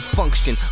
function